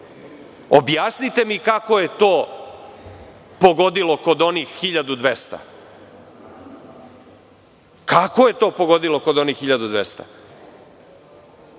objasnite mi kako je to pogodilo kod onih 1.200? Kako je to pogodilo kod onih 1.200?